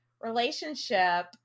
relationship